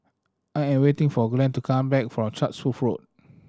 I am waiting for Glenn to come back from Chatsworth Road